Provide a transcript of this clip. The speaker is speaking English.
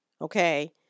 Okay